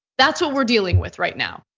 that's what we're dealing with right now.